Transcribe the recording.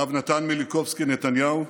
הרב נתן מיליקובסקי נתניהו,